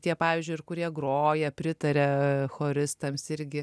tie pavyzdžiui ir kurie groja pritaria choristams irgi